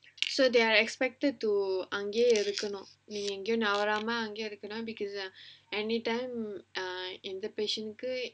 so they are expected to அங்கயே இருக்கனும் எங்கயும் நகராம அங்கயே இருக்கனும்:angayae irukkanum engayum nagaraama angayae irukkanum anytime எந்த:entha patient